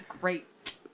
great